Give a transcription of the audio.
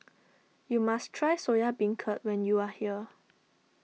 you must try Soya Beancurd when you are here